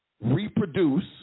reproduce